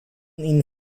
ihnen